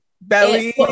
Belly